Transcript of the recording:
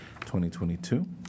2022